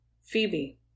Phoebe